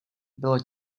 bylo